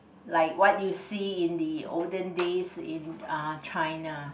like what you see in the olden day in uh China